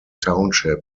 township